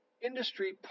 industry